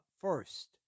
first